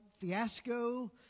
fiasco